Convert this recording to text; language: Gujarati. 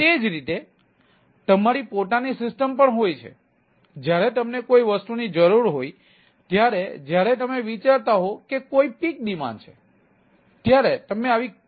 એ જ રીતે તમારી પોતાની સિસ્ટમ પણ હોય છે જ્યારે તમને કોઈ વસ્તુની જરૂર હોય ત્યારે જ્યારે તમે વિચારતા હો કે કોઈ પીક ડિમાન્ડ છે ત્યારે તમે આવી કેટલીક વસ્તુઓનો પણ ઉપયોગ કરો છો